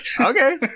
Okay